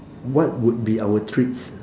what would be our treats